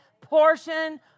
portion